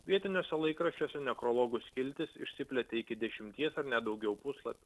vietiniuose laikraščiuose nekrologų skiltis išsiplėtė iki dešimties ar net daugiau puslapių